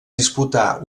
disputà